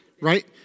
right